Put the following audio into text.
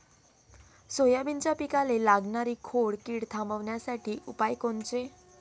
सोयाबीनच्या पिकाले लागनारी खोड किड थांबवासाठी उपाय कोनचे?